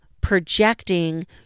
projecting